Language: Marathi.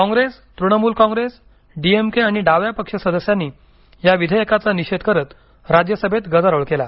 कॉंग्रेस तृणमूल कॉंग्रेस डीएमके आणि डाव्या पक्ष सदस्यांनी या विधेयकाचा निषेध करत राज्यसभेत गदारोळ केला